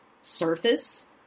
surface